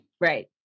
right